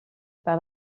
par